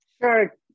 Sure